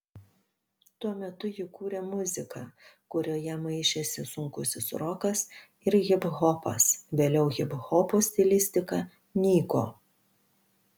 tuo metu ji kūrė muziką kurioje maišėsi sunkusis rokas ir hiphopas vėliau hiphopo stilistika nyko